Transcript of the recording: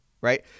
right